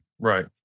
Right